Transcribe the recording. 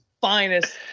finest